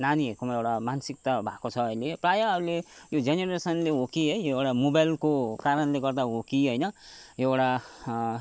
नानीहरूकोमा एउटा मानसिकता भएको छ अहिले प्रायः अहिले यो जेनेरेसनले हो कि है एउटा मोबाइलको कारणले गर्दा हो कि होइन यो एउटा